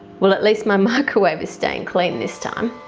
well at least my microwave is staying clean this time